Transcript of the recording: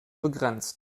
begrenzt